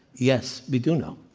yes, we do know.